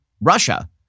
Russia